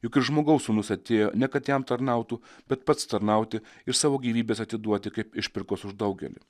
juk ir žmogaus sūnus atėjo ne kad jam tarnautų bet pats tarnauti ir savo gyvybes atiduoti kaip išpirkos už daugelį